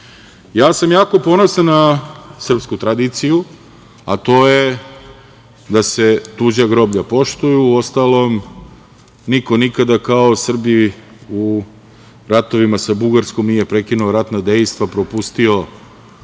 sam ponosan na srpsku tradiciju, a to je da se tuđa groblja poštuju, uostalom niko nikada kao Srbi u ratovima sa Bugarskom nije prekinuo ratno dejstvo, propustio